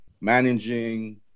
managing